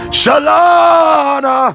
shalana